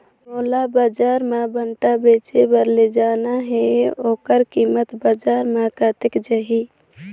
मोला बजार मां भांटा बेचे बार ले जाना हे ओकर कीमत बजार मां कतेक जाही?